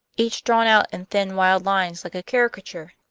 each drawn out in thin wild lines like a caricature.